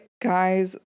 guys